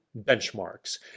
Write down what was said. benchmarks